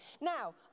now